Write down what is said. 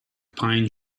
pine